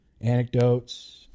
anecdotes